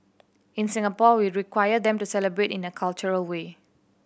in Singapore we require them to celebrate in a cultural way